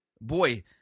Boy